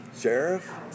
sheriff